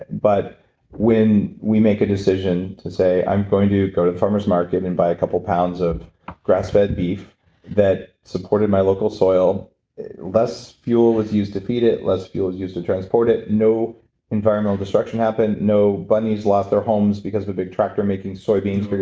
but when we make a decision to say i'm going to go to the farmer's market and buy a couple pounds of grass-fed beef that supported my local soil less fuel was used to feed it. less fuel was used to transport it. no environmental destruction happened. no bunnies lost their homes because of a big tractor making soybeans